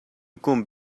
come